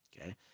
Okay